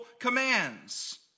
commands